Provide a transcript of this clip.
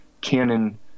canon